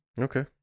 Okay